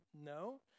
No